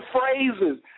phrases